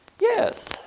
Yes